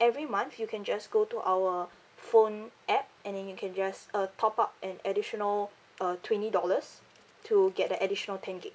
every month you can just go to our phone app and then you can just uh top up an additional uh twenty dollars to get that additional ten gig